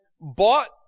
bought